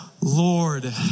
Lord